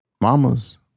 Mamas